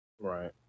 Right